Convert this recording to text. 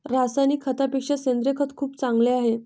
रासायनिक खतापेक्षा सेंद्रिय खत खूप चांगले आहे